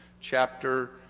chapter